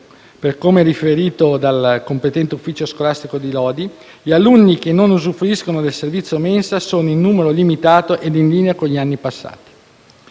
per come riferito dal competente ufficio scolastico di Lodi, gli alunni che non usufruiscono del servizio mensa sono in numero limitato ed in linea con gli anni passati.